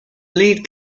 lead